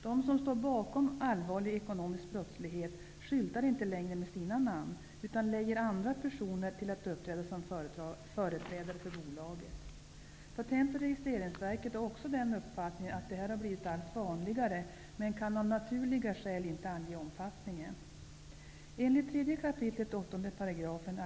Den som står bakom allvarlig ekonomisk brottslighet skyltar inte längre med sitt namn utan lejer andra personer till att uppträda som företrädare för bolaget. Patent och registreringsverket har också uppfattningen att detta blir allt vanligare, men kan av naturliga skäl inte ange omfattningen.